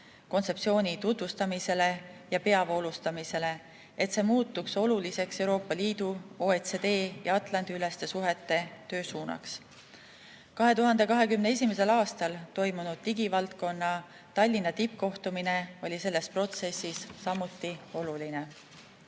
kontseptsiooni tutvustamisele ja peavoolustamisele, et see muutuks oluliseks Euroopa Liidu, OECD ja Atlandi-üleste suhete töösuunaks. 2021. aastal toimunud digivaldkonna Tallinna tippkohtumine oli selles protsessis samuti